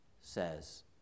says